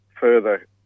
further